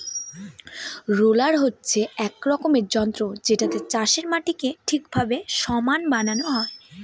roller হচ্ছে এক রকমের যন্ত্র যেটাতে চাষের মাটিকে ঠিকভাবে সমান বানানো হয়